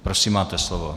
Prosím, máte slovo.